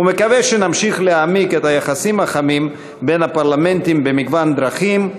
ומקווה שנמשיך להעמיק את היחסים החמים בין הפרלמנטים במגוון דרכים.